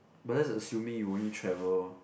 but that's assuming you only travel